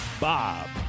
Bob